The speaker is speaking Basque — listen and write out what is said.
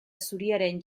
zuriaren